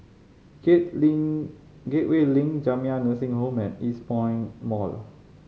Gateway Link Jamiyah Nursing Home and Eastpoint Mall